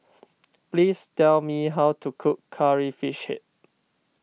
please tell me how to cook Curry Fish Head